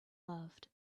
loved